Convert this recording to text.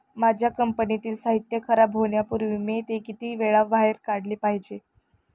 माझ्या कंपनीतील साहित्य खराब होण्यापूर्वी मी ते किती वेळा बाहेर काढले पाहिजे?